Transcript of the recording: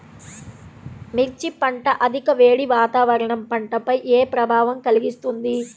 మిర్చి పంట అధిక వేడి వాతావరణం పంటపై ఏ ప్రభావం కలిగిస్తుంది?